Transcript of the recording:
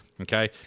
Okay